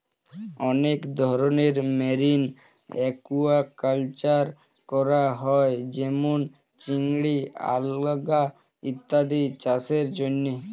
অনেক ধরনের marine aquaculture করা হয় যেমন চিংড়ি, আলগা ইত্যাদি চাষের জন্যে